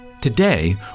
Today